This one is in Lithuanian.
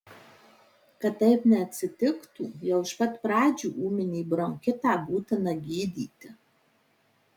kad taip neatsitiktų jau iš pat pradžių ūminį bronchitą būtina gydyti